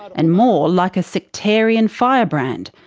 and more like a sectarian firebrand,